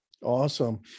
Awesome